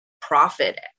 profit